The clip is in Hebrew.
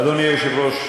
אדוני היושב-ראש,